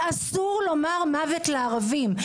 ואסור לומר מוות לערבים.